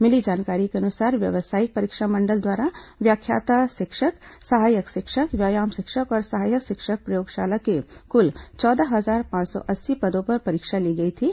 मिली जानकारी के अनुसार व्यावसायिक परीक्षा मंडल द्वारा व्याख्याता शिक्षक सहायक शिक्षक व्यायाम शिक्षक और सहायक शिक्षक प्रयोगशाला के कुल चौदह हजार पांच सौ अस्सी पदों पर परीक्षा ली गई थी